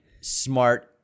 smart